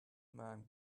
man